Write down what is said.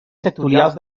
sectorials